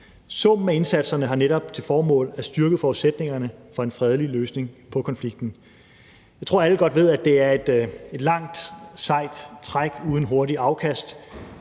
Summen af indsatserne har netop til formål at styrke forudsætningerne for en fredelig løsning på konflikten. Jeg tror, at alle godt ved, at det er et langt, sejt træk uden hurtigt afkast,